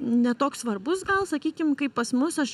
ne toks svarbus gal sakykim kaip pas mus aš